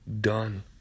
done